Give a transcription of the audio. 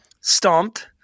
stomped